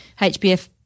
HBF